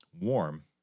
warm